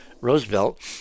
Roosevelt